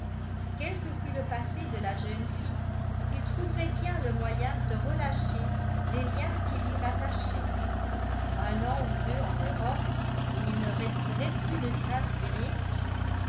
que fût le passé de la jeune fille il trouverait bien le moyen de relâcher les liens qui l'y rattachaient un an ou deux en europe et il ne resterait plus de traces